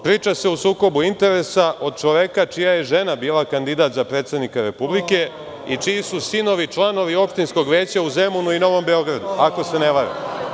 Priča se o sukobu interesa od čoveka čija je žena bila kandidat za predsednika Republike i čiji su sinovi članovi opštinskog veća u Zemunu i Novom Beogradu, ako se ne varam.